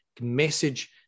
message